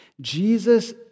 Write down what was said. Jesus